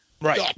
Right